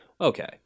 okay